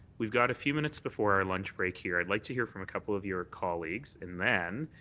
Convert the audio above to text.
we've got a few minutes before our lunch break here, i'd like to hear from a couple of your colleagues, and then,